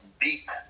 beat